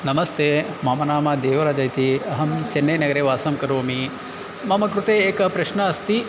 नमस्ते मम नाम देवराजः इति अहं चेन्नैनगरे वासं करोमि मम कृते एकः प्रश्नः अस्ति